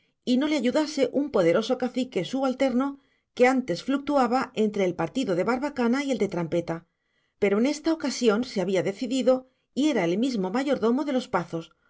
y no le ayudase un poderoso cacique subalterno que antes fluctuaba entre el partido de barbacana y el de trampeta pero en esta ocasión se había decidido y era el mismo mayordomo de los pazos